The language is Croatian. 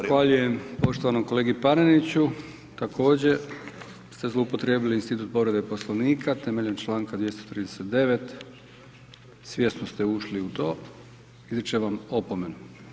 Zahvaljujem poštovanom kolegi Paneniću, također ste zloupotrijebili institut povrede Poslovnika temeljem članka 239. svjesno ste ušli u to, izričem vam opomenu.